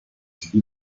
celui